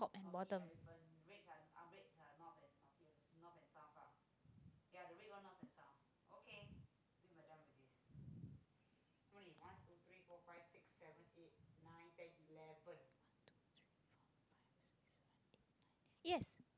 top and bottom yes